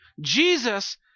Jesus